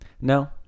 No